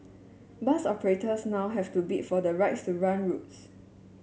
bus operators now have to bid for the rights to run routes